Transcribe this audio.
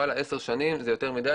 עשר שנים זה יותר מדי.